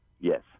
Yes